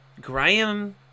Graham